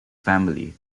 family